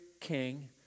King